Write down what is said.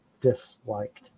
disliked